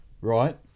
right